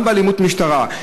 גם באלימות המשטרה.